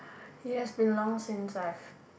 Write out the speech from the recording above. yes been long since I have